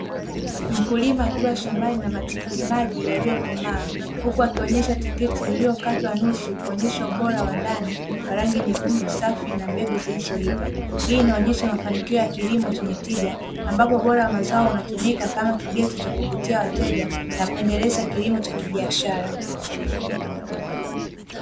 Mkulima akiwa shambani na matikiti maji yaliyokomaa, huku akionyesha tikiti lililokatwa nusu kuonyesha ubora wa ndani, wa rangi nyekundu safi na mbegu zilizoiva. Hii inaonyesha mafanikio ya kilimo chenye tija, ambapo ubora wa mazao unatumika kama kigezo cha kuvutia wateja, na kuendeleza kilimo cha kibiashara.